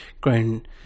grown